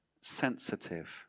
sensitive